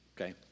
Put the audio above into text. Okay